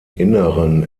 inneren